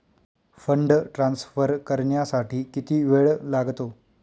Fund transfer करण्यासाठी किती वेळ लागतो?